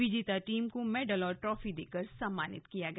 विजेता टीम को मेडल और ट्रॉफी देकर सम्मानित किया गया